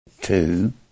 two